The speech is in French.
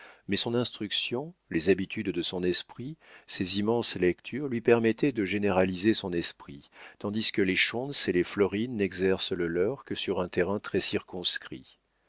mais son instruction les habitudes de son esprit ses immenses lectures lui permettaient de généraliser son esprit tandis que les schontz et les florine n'exercent le leur que sur un terrain très circonscrit